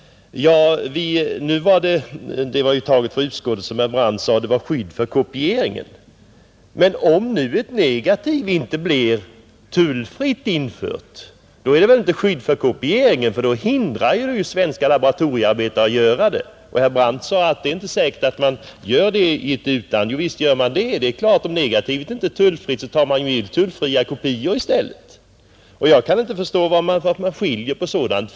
Herr Brandt talade om tullskyddet för kopieringen. Men om nu ett negativ inte blir tullfritt infört är det väl inte skydd för kopieringen. Då hindrar man ju svenska laboratoriearbetare att utföra kopiering. Herr Brandt sade att det inte är säkert att man gör det utomlands. Jo, visst gör man det. Det är klart att om negativet inte är tullfritt så tar man och för in tullfria kopior i stället. Jag kan inte förstå varför man skiljer på sådant.